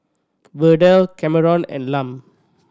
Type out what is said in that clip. Verdell Kameron and Lum